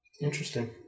Interesting